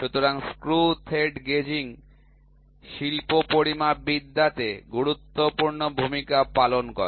সুতরাং screw thread gauging শিল্প পরিমাপবিদ্যাতে গুরুত্বপূর্ণ ভূমিকা পালন করে